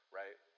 right